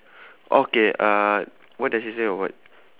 okay uh what does it say or what